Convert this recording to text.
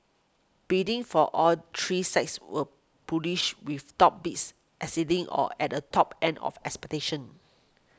bidding for all three sites were bullish with top bids exceeding or at the top end of expectations